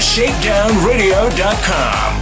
ShakedownRadio.com